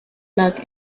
luck